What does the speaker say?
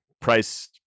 price